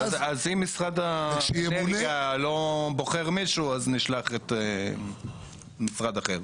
אז אם משרד האנרגיה לא בוחר מישהו נשלח משרד אחר.